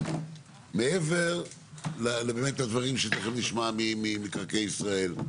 מעבר לדברים שתכף נשמע ממקרקעי ישראל,